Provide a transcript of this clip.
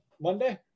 Monday